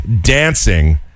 dancing